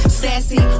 sassy